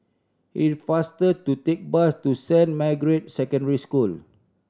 it is faster to take bus to Saint Margaret's Secondary School